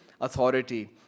authority